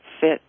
fit